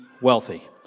wealthy